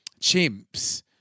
chimps